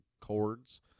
chords